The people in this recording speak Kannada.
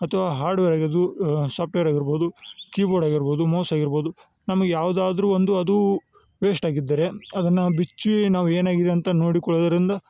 ಅಥ್ವ ಹಾರ್ಡ್ವೇರ್ ಆಗಿದು ಸಾಫ್ಟವೇರ್ ಆಗಿರ್ಬೋದು ಕಿಬೋರ್ಡ್ ಆಗಿರ್ಬೋದು ಮೌಸ್ ಆಗಿರ್ಬೋದು ನಮಗೆ ಯಾವುದಾದ್ರು ಒಂದು ಅದು ವೇಷ್ಟಾಗಿದ್ದರೆ ಅದನ್ನು ಬಿಚ್ಚಿ ನಾವು ಏನಾಗಿದೆ ಅಂತ ನೋಡಿಕೊಳ್ಳೋದರಿಂದ